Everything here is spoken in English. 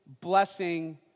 blessing